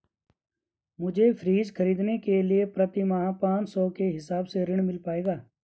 मुझे फ्रीज खरीदने के लिए प्रति माह पाँच सौ के हिसाब से ऋण मिल पाएगा?